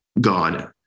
God